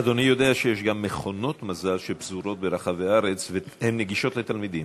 אדוני יודע שיש גם מכונות מזל שפזורות ברחבי הארץ והן נגישות לתלמידים.